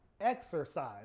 Exercise